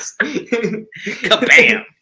Kabam